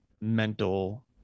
mental